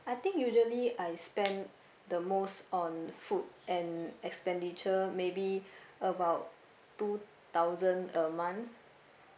I think usually I spend the most on food and expenditure maybe about two thousand a month